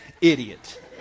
idiot